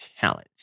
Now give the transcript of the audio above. challenge